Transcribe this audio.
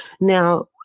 Now